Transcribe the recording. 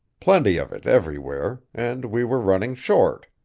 plenty of it everywhere and we were running short.